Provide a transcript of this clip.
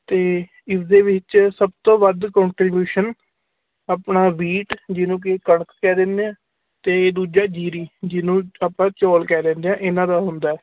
ਅਤੇ ਇਸ ਦੇ ਵਿੱਚ ਸਭ ਤੋਂ ਵੱਧ ਕੰਟ੍ਰੀਬਿਊਸ਼ਨ ਆਪਣਾ ਬੀਟ ਜਿਹਨੂੰ ਕਿ ਕਣਕ ਕਹਿ ਦਿੰਦੇ ਹਾਂ ਅਤੇ ਦੂਜਾ ਜੀਰੀ ਜਿਹਨੂੰ ਆਪਾਂ ਚੌਲ ਕਹਿ ਦਿੰਦੇ ਹਾਂ ਇਹਨਾਂ ਦਾ ਹੁੰਦਾ